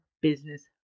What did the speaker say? business